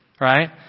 right